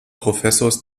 professors